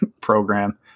program